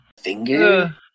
finger